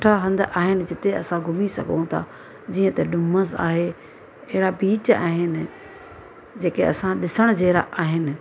सुठा हंध आहिनि जिते असां घुमी सघूं था जीअं त डूमस आहे अहिड़ा बीच आहिनि जेके असां ॾिसण जहिड़ा आहिनि